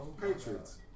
Patriots